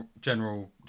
general